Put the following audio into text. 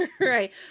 Right